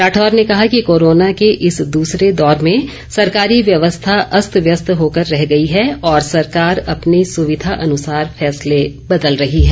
राठौर ने कहा कि कोरोना के इस दूसरे दौर में सरकारी व्यवस्था अस्त व्यस्त होकर रह गई है और सरकार अपनी सुविधा अनुसार फैसले बदल रही है